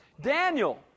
Daniel